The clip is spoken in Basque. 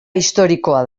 historikoa